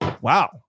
Wow